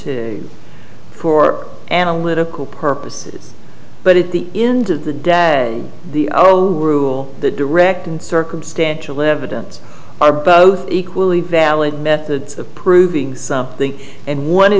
two for analytical purposes but at the end of the day the zero rule the direct and circumstantial evidence are both equally valid methods of proving something and one